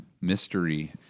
mystery